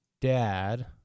dad